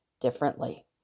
differently